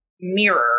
mirror